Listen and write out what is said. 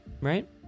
right